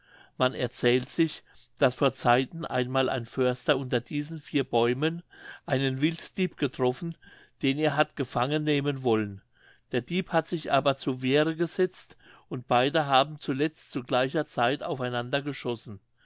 man erzählt sich daß vor zeiten einmal ein förster unter diesen vier bäumen einen wilddieb getroffen den er hat gefangen nehmen wollen der dieb hat sich aber zur wehre gesetzt und beide haben zuletzt zu gleicher zeit auf einander geschossen